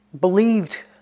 believed